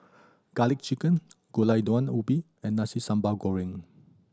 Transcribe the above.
Garlic Chicken Gulai Daun Ubi and Nasi Sambal Goreng